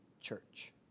church